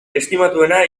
estimatuena